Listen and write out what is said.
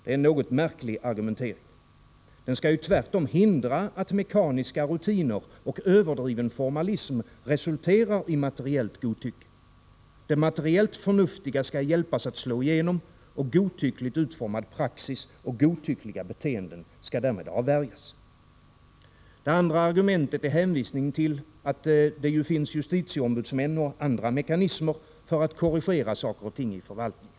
Det är en något märklig argumentering. Paragrafen skall ju tvärtom hindra att mekaniska rutiner och överdriven formalism resulterar i materiellt godtycke. Det materiellt förnuftiga skall hjälpas att slå igenom, och godtyckligt utformad praxis och godtyckliga beteenden skall avvärjas. Det andra argumentet är hänvisningen till att det finns justitieombudsmän och andra mekanismer för att korrigera saker och ting i förvaltningen.